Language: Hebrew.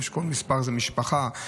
כל מספר זה משפחה.